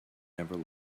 never